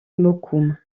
mokoum